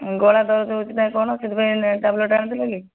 ଗଳା ଦରଜ ହେଉଛି ନା କ'ଣ ସେଥିପାଇଁ ଏମିତି ଟ୍ୟାବ୍ଲେଟ୍ ଆଣିଥିଲ କି